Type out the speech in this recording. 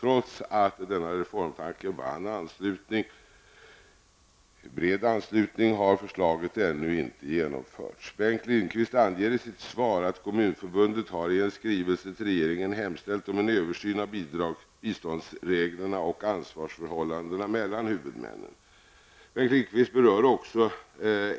Trots att denna reformtanke vann bred anslutning har förslaget ännu inte genomförts. Bengt Lindqvist anger i sitt svar att Lindqvist berör också